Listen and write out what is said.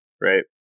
right